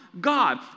God